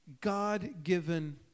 God-given